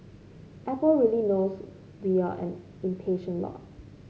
apple really knows we are an impatient lot